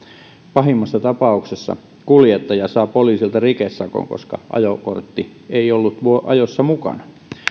pahimmassa tapauksessa kuljettaja saa poliisilta rikesakon koska ajokortti ei ollut ajossa mukana